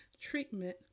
treatment